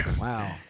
wow